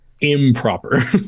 improper